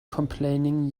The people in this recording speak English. complaining